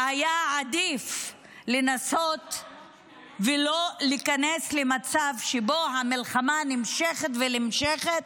והיה עדיף לנסות לא להיכנס למצב שבו המלחמה נמשכת ונמשכת,